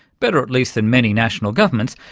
better at least than many national governments,